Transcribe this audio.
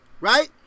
Right